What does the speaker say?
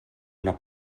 una